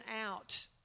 out